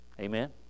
amen